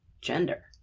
gender